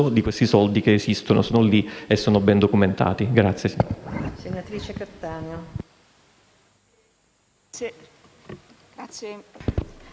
di questi soldi, che esistono, sono lì e sono ben documentati.